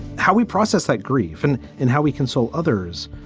how we process that grief and in how we can. so others.